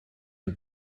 for